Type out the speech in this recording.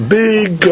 big